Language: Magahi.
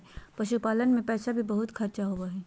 पशुपालन मे पैसा भी बहुत खर्च होवो हय